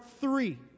three